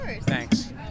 Thanks